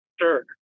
sure